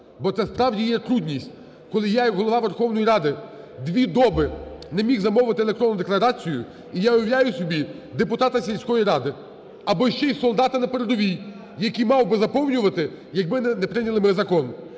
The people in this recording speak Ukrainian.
Бо це справді є трудність, коли я як Голова Верховної Ради дві доби не міг замовити електронну декларацію, і я уявляю собі депутата сільської ради, або ще й солдата на передовій, який мав би заповнювати, якби не прийняли ми закон.